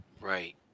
Right